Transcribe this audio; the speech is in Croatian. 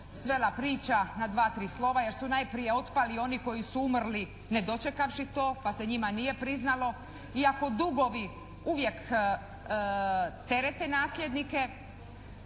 svela priča na dva, tri slova, jer su najprije otpali oni koji su umrli ne dočekavši to, pa se njima nije priznali iako dugovi uvijek terete nasljednike,